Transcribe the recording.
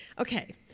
Okay